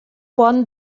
pont